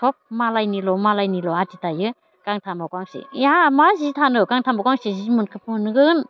सब मालायनिल' मालायनिल' आदि दायो गांथामाव गांसे ऐ आ मा जि दानो गांथामाव गांसे जि मोनगोन